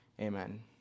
Amen